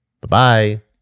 Bye-bye